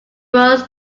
was